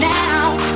now